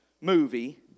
movie